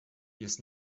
jest